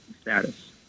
status